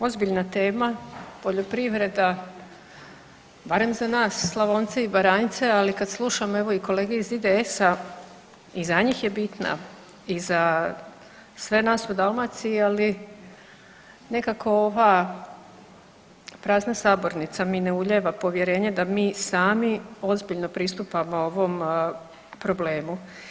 Ozbiljna tema poljoprivreda, barem za nas Slavonce i Baranjce, ali kad slušamo evo i kolege iz IDS-a i za njih je bitna i za sve nas u Dalmaciji, ali nekako ova prazna sabornica mi ne ulijeva povjerenje da mi sami ozbiljno pristupamo ovom problemu.